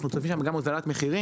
אנחנו צופים גם הוזלת מחירים.